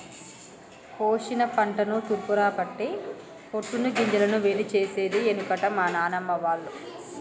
కోశిన పంటను తూర్పారపట్టి పొట్టును గింజలను వేరు చేసేది ఎనుకట మా నానమ్మ వాళ్లు